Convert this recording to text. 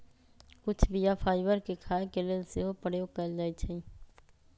कुछ बीया फाइबर के खाय के लेल सेहो प्रयोग कयल जाइ छइ